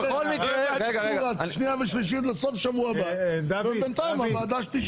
נדחה את הקריאה השנייה והשלישית לסוף שבוע הבא ובינתיים הוועדה תשב.